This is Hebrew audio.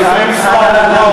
לפני כמה דקות,